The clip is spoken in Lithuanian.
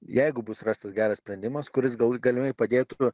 jeigu bus rastas geras sprendimas kuris gal galimai padėtų